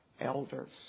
elders